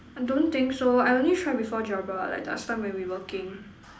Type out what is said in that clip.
I don't think so I only try before Jabra like that's time when we working